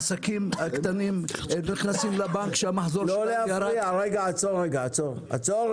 עסקים קטנים נכנסים לבנק שהמחזור שלהם -- עצור רגע.